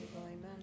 Amen